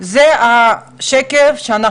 השקף הבא,